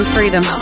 Freedom